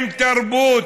עם תרבות,